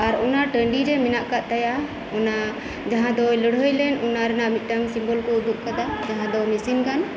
ᱟᱨ ᱚᱱᱟ ᱴᱟᱺᱰᱤ ᱨᱮ ᱢᱮᱱᱟᱜ ᱟᱠᱟᱫ ᱛᱟᱭᱟ ᱚᱱᱟ ᱡᱟᱦᱟᱸ ᱫᱚᱭ ᱞᱟᱹᱲᱦᱟᱹᱭ ᱞᱮᱱ ᱚᱱᱟ ᱨᱮᱱᱟᱜ ᱢᱤᱫᱴᱟᱝ ᱥᱤᱢᱵᱚᱞᱠᱩ ᱩᱫᱩᱜ ᱟᱠᱟᱫᱟ ᱡᱟᱦᱟᱸ ᱫᱚ ᱢᱤᱥᱤᱱ ᱜᱟᱱ